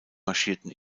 marschierten